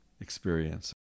experience